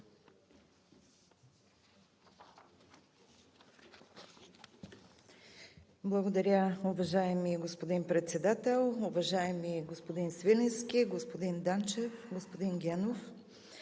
Благодаря, уважаеми господин Председател. Уважаеми господин Свиленски, господин Данчев, господин Генов!